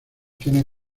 tiene